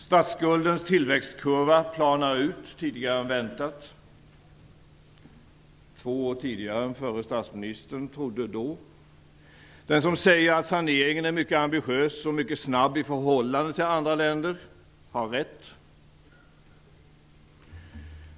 Statsskuldens tillväxtkurva planar ut tidigare än väntat, två år tidigare än förre statsministern trodde. De som säger att saneringen är mycket ambitiös och mycket snabb i förhållande till andra länder har rätt.